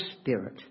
spirit